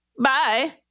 Bye